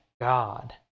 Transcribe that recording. God